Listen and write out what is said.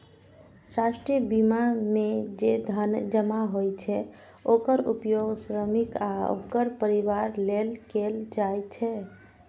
राष्ट्रीय बीमा मे जे धन जमा होइ छै, ओकर उपयोग श्रमिक आ ओकर परिवार लेल कैल जाइ छै